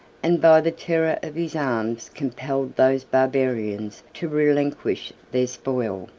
and by the terror of his arms compelled those barbarians to relinquish their spoil.